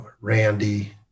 Randy